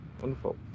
Wonderful